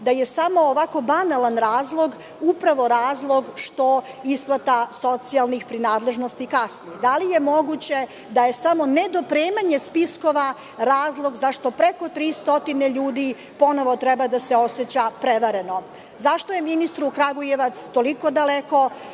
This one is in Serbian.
da je samo ovako banalan razlog upravo razlog što isplata socijalnih prinadležnosti kasni? Da li je moguće da je samo nedopremanje spiskova razlog zašto preko 300 ljudi ponovo treba da se oseća prevareno? Zašto je ministru Kragujevac toliko daleko?